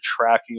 tracking